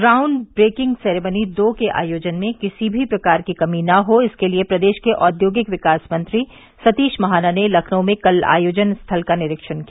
ground breaking ceremony दो के आयोजन में किसी भी प्रकार की कमी न हो इसके लिए प्रदेश के औद्योगिक विकास मंत्री सतीश महाना ने लखनऊ में कल आयोजन स्थल का निरीक्षण किया